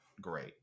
great